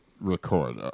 Record